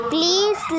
Please